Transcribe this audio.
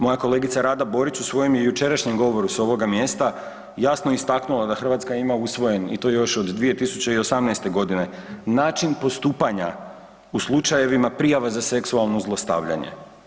Moja kolegica Rada Borić u svojem je jučerašnjem govoru s ovoga mjesta jasno istaknula da Hrvatska ima usvojen i to još od 2018.g. način postupanja u slučajevima prijava za seksualno zlostavljanje.